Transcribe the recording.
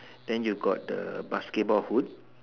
then you got the basketball hood